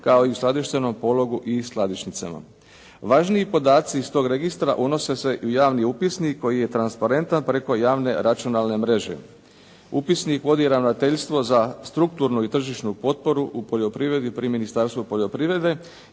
kao i uskladištenom pologu i skladišnicama. Važniji podaci iz tog registra unose se u javni upisnik koji je transparentan preko javne računalne mreže. Upisnik vodi Ravnateljstvo za strukturnu i tržišnu potporu u poljoprivredi pri Ministarstvu poljoprivrede